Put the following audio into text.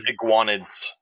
iguanids